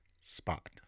spot